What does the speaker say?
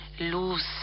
loose